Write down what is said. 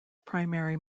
primary